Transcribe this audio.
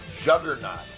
Juggernaut